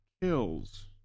kills